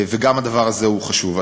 וגם הדבר הזה הוא חשוב.